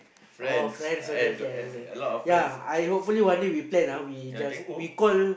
oh friends okay okay I understand ya I hopefully one day we plan ah we just we call